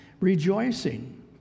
rejoicing